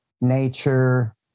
nature